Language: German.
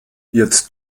jetzt